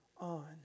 on